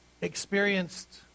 experienced